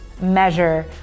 measure